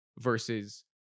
versus